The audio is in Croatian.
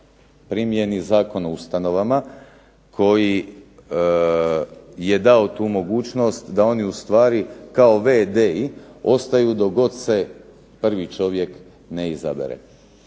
primijeni Zakon o ustanovama koji je dao tu mogućnost da oni u stvari kao v.d. ostaju dok god se prvi čovjek ne izabere.